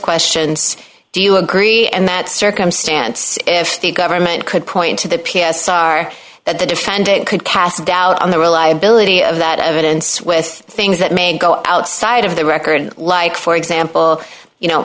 questions do you agree and that circumstance if the government could point to the p s r that the defendant could cast doubt on the reliability of that evidence with things that may go outside of the record like for example you know